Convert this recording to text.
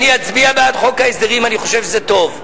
אני אצביע בעד חוק ההסדרים, אני חושב שזה טוב,